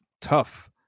tough